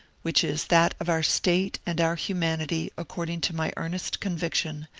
which is that of our state and our humanity according to my earnest conviction,